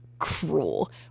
Cruel